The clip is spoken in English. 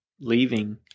leaving